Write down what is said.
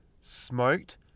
smoked